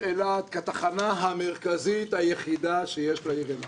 אילת כתחנה המרכזית היחידה שיש לעיר אילת.